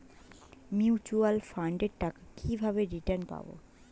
Mutual ফান্ডের টাকা কিভাবে রিটার্ন পাব?